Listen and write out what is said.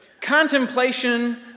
contemplation